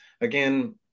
again